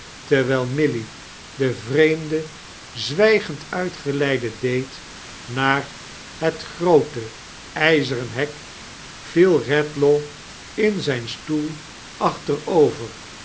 terwijl milly den vreemde zwijgend uitgeleide deed naar het groote ijzeren hek viel redlaw in zijn steel achterover